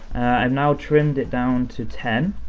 i've now trimmed it down to ten,